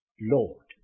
Lord